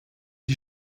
die